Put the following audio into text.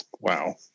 Wow